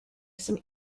some